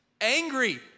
angry